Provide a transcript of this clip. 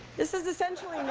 this is essentially